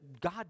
God